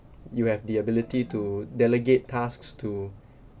you have the ability to delegate tasks to